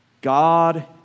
God